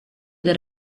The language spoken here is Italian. del